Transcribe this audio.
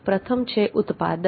પ્રથમ છે ઉત્પાદન